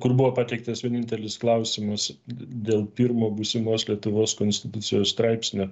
kur buvo pateiktas vienintelis klausimas dėl pirmo būsimos lietuvos konstitucijos straipsnio